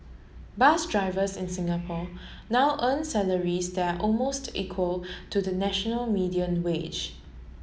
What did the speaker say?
bus drivers in Singapore now earn salaries that are almost equal to the national median wage